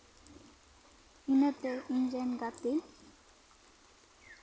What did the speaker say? ᱤᱱᱟᱹᱛᱮ ᱤᱧᱨᱮᱱ ᱜᱟᱛᱮ